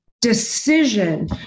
Decision